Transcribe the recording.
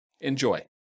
Enjoy